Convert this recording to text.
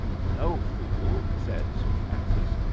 no, fool! said sir francis.